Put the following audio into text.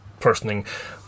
personing